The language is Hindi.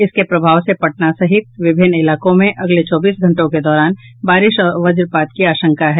इसके प्रभाव से पटना सहित विभिन्न इलाकों में अगले चौबीस घंटों के दौरान बारिश और वजपात की भी आशंका है